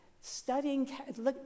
studying